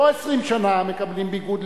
לא 20 שנה מקבלים ביגוד,